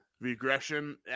Regression